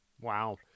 Wow